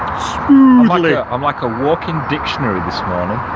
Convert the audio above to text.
smoooooothly. ah i'm like a walking dictionary this morning.